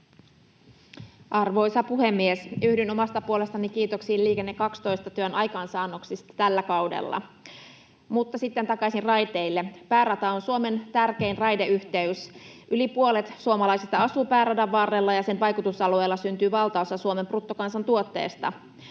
Arvoisa puhemies! Yhdyn omasta puolestani kiitoksiin Liikenne 12 ‑työn aikaansaannoksista tällä kaudella. Mutta sitten takaisin raiteille. Päärata on Suomen tärkein raideyhteys. Yli puolet suomalaisista asuu pääradan varrella, ja sen vaikutusalueella syntyy valtaosa Suomen bruttokansantuotteesta.